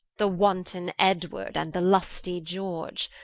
the wanton edward, and the lustie george?